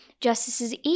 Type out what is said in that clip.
Justices